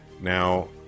now